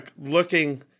looking